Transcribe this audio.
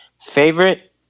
Favorite